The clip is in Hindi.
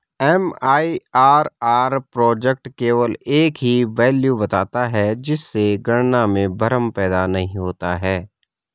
एम.आई.आर.आर प्रोजेक्ट केवल एक ही वैल्यू बताता है जिससे गणना में भ्रम पैदा नहीं होता है